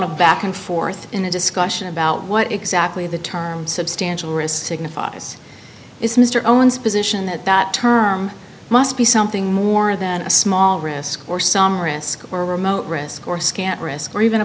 of back and forth in the discussion about what exactly the term substantial risk signifies is mr owens position that that term must be something more than a small risk or some risk or remote risk or